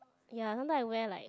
ya sometime I wear like